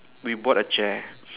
we bought a chair